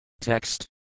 Text